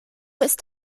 ist